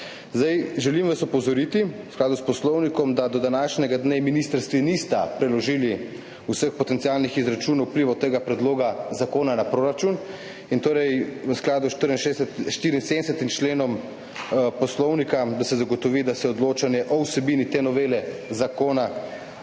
Želim vas opozoriti, v skladu s poslovnikom, da do današnjega dne ministrstvi nista predložili vseh potencialnih izračunov vplivov tega predloga zakona na proračun in da se torej v skladu s 74. členom Poslovnika zagotovi, da se odločanje o vsebini te novele zakona